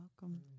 welcome